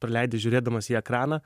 praleidi žiūrėdamas į ekraną